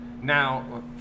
Now